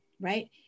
right